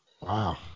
Wow